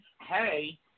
Hey